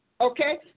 Okay